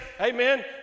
Amen